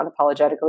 unapologetically